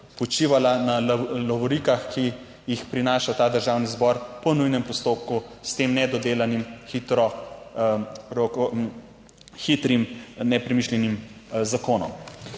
počivala na lovorikah, ki jih prinaša v ta Državni zbor po nujnem postopku s tem nedodelanim hitrim nepremišljenim zakonom.